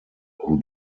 who